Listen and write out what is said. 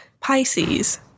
Pisces